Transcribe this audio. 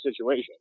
situation